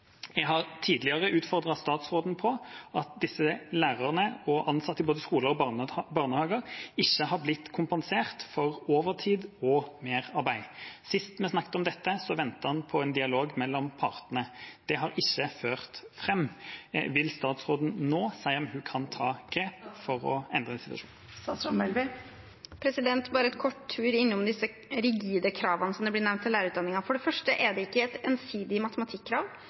Jeg har tidligere utfordret statsråden på at disse lærerne og ansatte i både skoler og barnehager ikke har blitt kompensert for overtid og merarbeid. Sist vi snakket om det, ventet en på en dialog mellom partene. Det har ikke ført fram. Vil statsråden nå si om hun vil ta grep for å endre situasjonen? Bare en kort tur innom disse «rigide» kravene til lærerutdanningen som blir nevnt. For det første er det ikke et ensidig matematikkrav.